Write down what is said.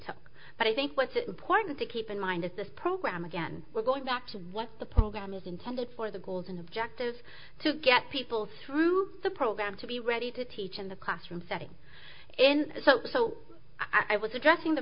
took but i think what's important to keep in mind is this program again we're going back to what the program is intended for the goals and objectives to get people through the program to be ready to teach in the classroom setting in so i